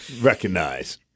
Recognize